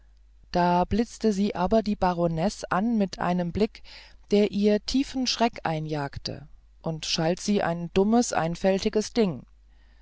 da blitzte sie aber die baronesse an mit einem blick der ihr tiefen schreck einjagte und schalt sie ein dummes einfältiges ding